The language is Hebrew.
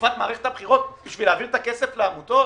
בתקופת מערכת הבחירות בכדי להעביר את הכסף לעמותות?